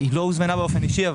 היא לא הוזמנה באופן אישי.